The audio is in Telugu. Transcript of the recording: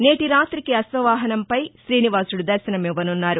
నేటి రాతికి అశ్వవాహనంపై తీనివాసుడు దర్భనమివ్వనున్నారు